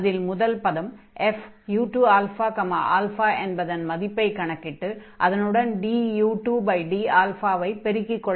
அதில் முதல் பதம் fu2αα என்பதன் மதிப்பைக் கணக்கிட்டு அதனுடன் du2d ஐ பெருக்கிக் கொள்ள வேண்டும்